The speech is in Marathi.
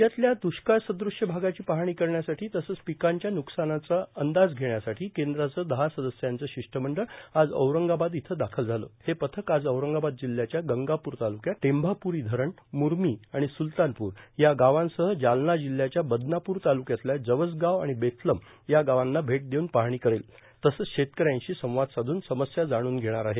राज्यातल्या द्रष्काळ सदृश भागाची पाहणी करण्यासाठी तसंच पिकांच्या न्कसानाचा अंदाज घेण्यासाठी केंद्राचं दहा सदस्यांचं शिष्टमंडळ आज औरंगाबाद इथं दाखल झालं हे पथक आज औरंगाबाद जिल्ह्याच्या गंगापूर तालुक्यात टेंभापूरी धरण मूर्मी आणि सुलतानपूर या गावांसह जालना जिल्ह्याच्या बदनापूर तालुक्यातल्या जवसगाव आणि बेथलम या गावांना भेट देऊन पाहणी करेल तसंच शेतकऱ्यांशी संवाद साधून समस्या जाणून घेणार आहे